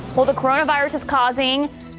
well the coronavirus is causing.